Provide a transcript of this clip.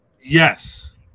Yes